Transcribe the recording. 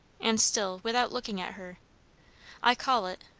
and still without looking at her i call it,